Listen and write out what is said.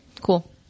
Cool